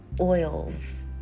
oils